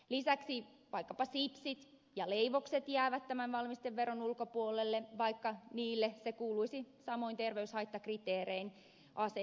lisäksi vaikkapa sipsit ja leivokset jäävät tämän valmisteveron ulkopuolelle vaikka niille se kuuluisi samoin terveyshaittakriteerein asettaa